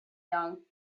young